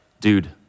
dude